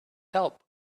help